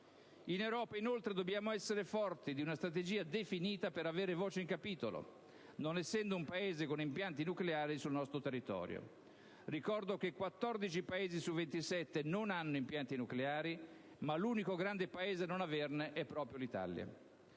In Europa, inoltre, dobbiamo essere forti di una strategia definita per avere voce in capitolo, non essendo un Paese con impianti nucleari sul nostro territorio. Ricordo che 14 Paesi su 27 non hanno impianti nucleari, ma l'unico grande Paese a non averne è proprio l'Italia.